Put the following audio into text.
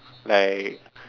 like